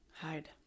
Hide